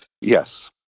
Yes